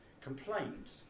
Complaint